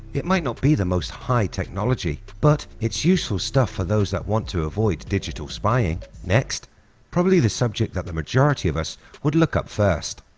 it might not be the most high technology, but its useful stuff for those that want to avoid digital spying. next probably the subject that the majority of us would look up first,